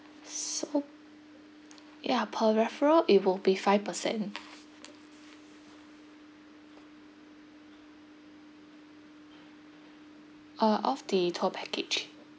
uh so ya per referral it'll be five percent uh off the tour package